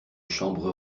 chambre